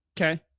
Okay